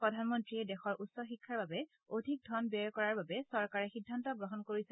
প্ৰধানমন্ত্ৰীয়ে দেশৰ উচ্চ শিক্ষাৰ বাবে অধিক ধন ব্যয় কৰাৰ বাবে চৰকাৰে সিদ্ধান্ত গ্ৰহণ কৰিছে